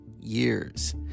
years